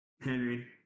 Henry